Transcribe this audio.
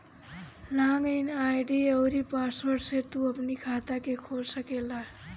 log in ID अउरी password से तू अपनी खाता के खोल सकेला